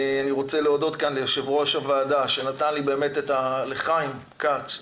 אני רוצה להודות ליושב-ראש הוועדה, חיים כץ,